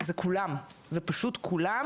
זה כולם, זה פשוט כולם.